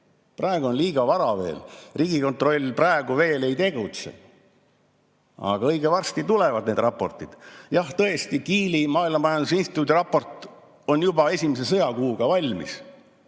praegu on liiga vara veel. Riigikontroll praegu veel ei tegutse, aga õige varsti tulevad need raportid. Jah, tõesti, Kieli Maailmamajanduse Instituudi raport on juba esimese sõjakuu [kohta] valmis,